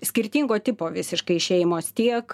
skirtingo tipo visiškai šeimos tiek